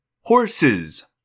Horses